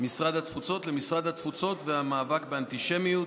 משרד התפוצות למשרד התפוצות והמאבק באנטישמיות.